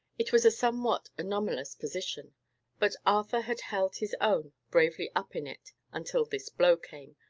it was a somewhat anomalous position but arthur had held his own bravely up in it until this blow came,